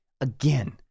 Again